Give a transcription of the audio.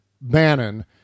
Bannon